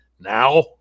now